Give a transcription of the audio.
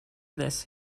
this